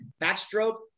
backstroke